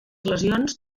lesions